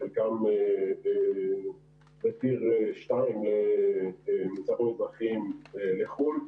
חלקן ב- tire2מוצרים אזרחיים לחו"ל,